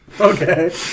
Okay